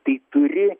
tai turi